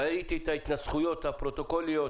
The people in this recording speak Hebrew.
ראיתי את ההתנסחויות הפרוטוקוליות,